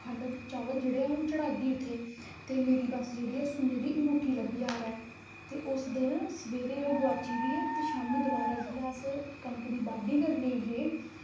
खंड ते चावल जेह्ड़े ओह् अं'ऊ चढ़ागी उत्थें ते मेरी बस जेह्ड़ी ऐ ओह् सुन्ने दी अंगूठी लब्भी जाह्ग ते उस दिन सवेरे ओह् गुआची गेदी ऐ ते शामी जेल्लै अस दोआरै कनक दी बाड्ढी करने गी गे